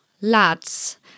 lads